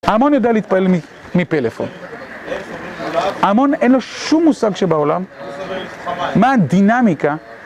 ההמון יודע להתפעל מפלאפון, ההמון אין לו שום מושג שבעולם, מה הדינמיקה